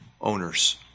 owners